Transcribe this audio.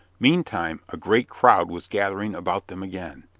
meantime a great crowd was gathering about them again.